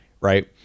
right